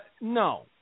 no